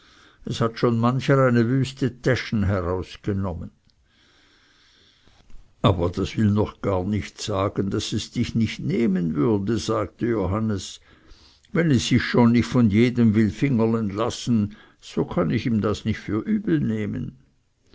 es hat schon mancher eine wüste täschen herausgenommen aber das will noch gar nicht sagen daß es dich nicht nehmen würde sagte johannes wenn es sich schon nicht von jedem will fingerlen lassen so kann ich ihm das nicht für übel nehmen